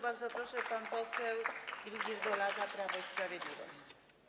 Bardzo proszę, pan poseł Zbigniew Dolata, Prawo i Sprawiedliwość.